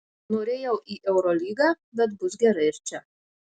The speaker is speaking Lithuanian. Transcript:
norėjau į eurolygą bet bus gerai ir čia